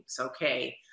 okay